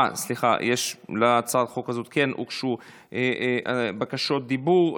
אה, סליחה, להצעת החוק הזאת הוגשו בקשות דיבור.